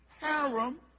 harem